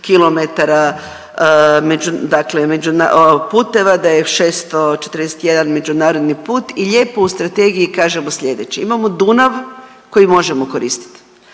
kilometara puteva da je 641 međunarodni put i lijepo u strategiji kažemo sljedeće, imamo Dunav koji možemo koristiti,